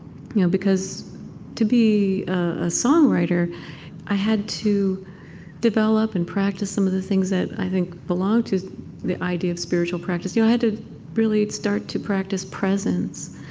you know because to be a songwriter i had to develop and practice some of the things that i think belong to the idea of spiritual practice. i had to really start to practice presence.